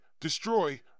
destroy